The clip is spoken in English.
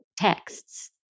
texts